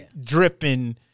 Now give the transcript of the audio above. dripping